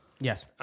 Yes